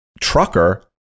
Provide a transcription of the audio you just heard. trucker